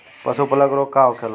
पशु प्लग रोग का होखेला?